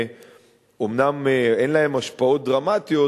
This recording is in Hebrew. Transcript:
שאומנם אין להם השפעות דרמטיות,